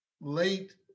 late